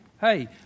hey